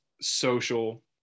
social